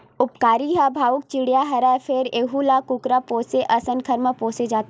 उपकारी ह भलुक चिरई हरय फेर यहूं ल कुकरा पोसे असन घर म पोसे जाथे